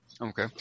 Okay